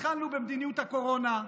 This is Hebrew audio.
התחלנו במדיניות הקורונה,